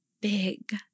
big